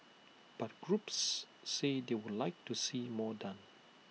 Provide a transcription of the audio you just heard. but groups say they would like to see more done